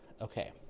okay